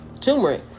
turmeric